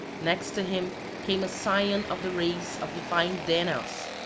next to him came a scion of the race of divine danaus,